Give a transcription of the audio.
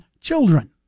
children